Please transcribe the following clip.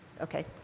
Okay